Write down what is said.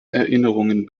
erinnerungen